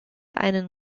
einen